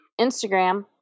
Instagram